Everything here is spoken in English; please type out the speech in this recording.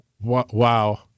Wow